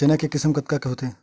चना के किसम कतका होथे?